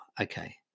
okay